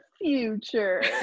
future